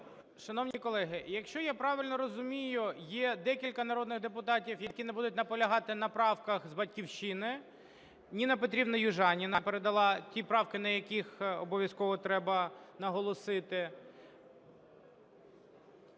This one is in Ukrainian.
Шановні колеги, якщо я правильно розумію, є декілька народних депутатів, які не будуть наполягати на правках, з "Батьківщини". Ніна Петрівна Южаніна передала ті правки, на яких обов'язково треба наголосити.